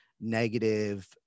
negative